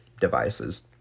devices